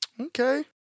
Okay